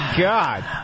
God